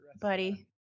Buddy